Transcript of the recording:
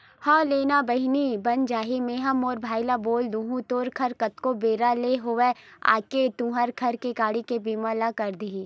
हव लेना ना बहिनी बन जाही मेंहा मोर भाई ल बोल दुहूँ तोर घर कतको बेरा ले होवय आके तुंहर घर के गाड़ी के बीमा ल कर दिही